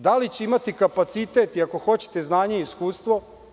Da li će imati kapacitet i, ako hoćete, znanje i iskustvo?